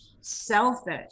selfish